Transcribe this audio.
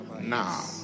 now